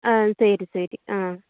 ஆ சரி சரி ஆ